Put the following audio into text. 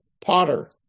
potter